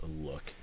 look